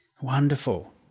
Wonderful